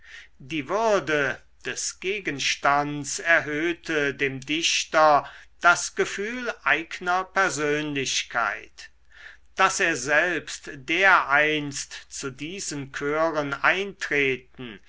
die würde des gegenstands erhöhte dem dichter das gefühl eigner persönlichkeit daß er selbst dereinst zu diesen chören eintreten